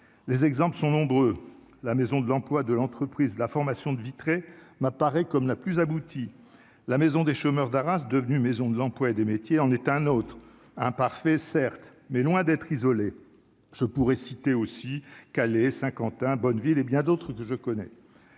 les exemples sont nombreux : la Maison de l'emploi de l'entreprise, la formation de Vitré, m'apparaît comme la plus aboutie, la Maison des chômeurs d'Arras devenue Maison de l'emploi et des métiers en est un autre imparfait, certes, mais loin d'être isolé, je pourrais citer aussi Calais Saint-Quentin Bonneville et bien d'autres que je connais,